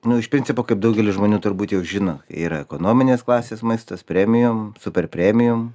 nu iš principo kaip daugelis žmonių turbūt jau žino yra ekonominės klasės maistas premium super premium